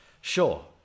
Sure